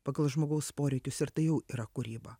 pagal žmogaus poreikius ir tai jau yra kūryba